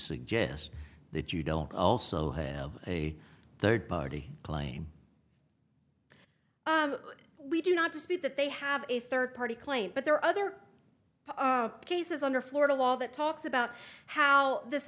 suggest that you don't also have a third party claim we do not dispute that they have a third party claim but there are other cases under florida law that talks about how this